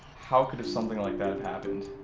how could something like that have happened?